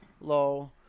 low